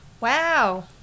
Wow